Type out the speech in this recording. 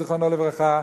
זיכרונו לברכה.